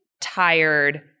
tired